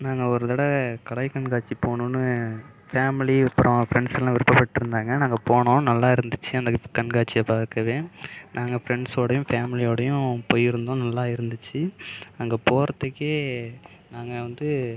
நாங்கள் ஒரு தடவை கடை கண்காட்சி போகணும்னு ஃபேம்லி அப்புறம் ஃப்ரெண்ட்ஸ்ஸுலாம் விருப்பபட்டிருந்தாங்க நாங்கள் போனோம் நல்லாயிருந்துச்சு அந்த கண்காட்சியை பார்க்கவே நாங்கள் ஃப்ரெண்ட்ஸோடையும் ஃபேம்லியோடையும் போய்ருந்தோம் நல்லா இருந்துச்சி அங்கே போறதுக்கே நாங்கள் வந்து